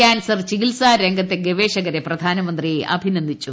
cancer ചികിത്സാ രംഗത്തെ ഗവേഷകരെ പ്രധാനമന്ത്രി അഭിനന്ദിച്ചു